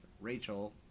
Rachel